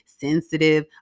Sensitive